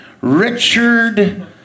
Richard